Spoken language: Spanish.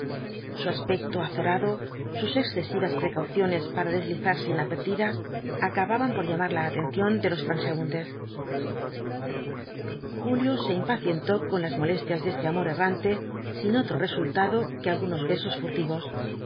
su aspecto azorado sus excesivas precauciones para deslizarse inadvertida acababan por llamar la atención de los transeúntes julio se impacientó con las molestias de este amor errante sin otro resultado que algunos besos furtivos